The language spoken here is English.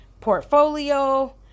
portfolio